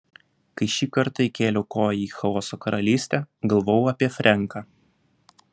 kai šį kartą įkėliau koją į chaoso karalystę galvojau apie frenką